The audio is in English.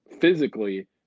physically